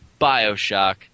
Bioshock